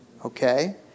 Okay